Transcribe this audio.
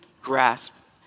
grasp